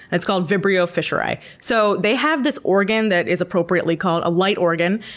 and it's called vibrio fischeri. so they have this organ that is appropriately called a light organ,